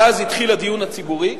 ואז התחיל הדיון הציבורי.